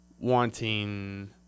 wanting